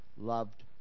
Loved